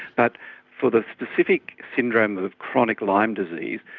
but for the specific syndrome of chronic lyme disease,